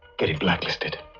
get him blacklisted!